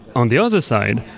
on the other side,